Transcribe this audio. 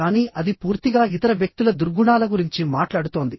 కానీ అది పూర్తిగా ఇతర వ్యక్తుల దుర్గుణాల గురించి మాట్లాడుతోంది